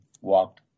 walked